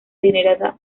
adinerada